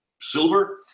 silver